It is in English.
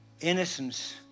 Innocence